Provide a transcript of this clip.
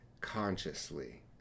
consciously